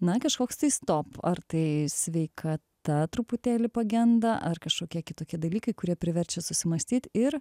na kažkoks tai stop ar tai sveikata truputėlį pagenda ar kažkokie kitokie dalykai kurie priverčia susimąstyt ir